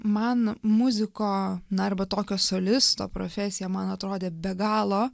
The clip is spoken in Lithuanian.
man muziko na arba tokio solisto profesija man atrodė be galo